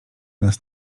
nas